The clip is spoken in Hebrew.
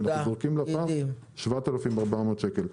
אנחנו זורקים לפח 7,400 שקל.